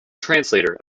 translator